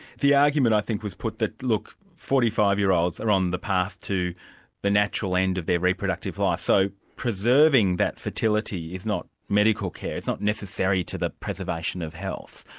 the argument i think was put that look, forty five year olds are on the path to the natural end of their reproductive life', so preserving that fertility is not medical care, it's not necessary to the preservation of health.